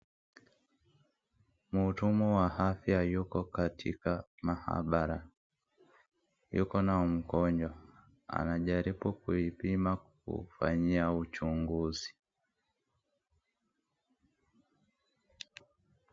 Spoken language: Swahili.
Mhudumu wa afya yuko katika mahabara. Yuko na mgonjwa, anajaribu kupima kufanyia uchunguzi.